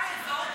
יתרה מזו,